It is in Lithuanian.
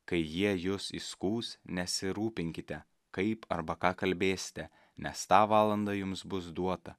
kai jie jus įskųs nesirūpinkite kaip arba ką kalbėsite nes tą valandą jums bus duota